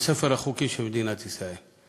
בספר החוקים של מדינת ישראל,